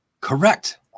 Correct